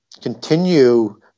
continue